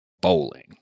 bowling